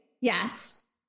yes